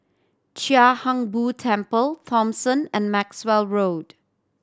Chia Hung Boo Temple Thomson and Maxwell Road